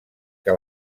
què